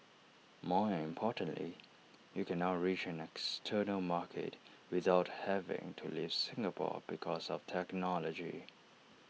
more importantly you can now reach an external market without having to leave Singapore because of technology